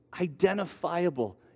identifiable